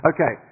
Okay